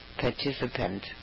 participant